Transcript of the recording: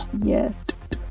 Yes